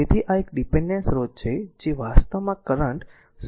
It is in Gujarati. તેથી આ એક ડીપેન્ડેન્ટ સ્રોત છે જે i વાસ્તવમાં કરંટ 0